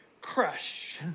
crush